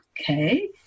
okay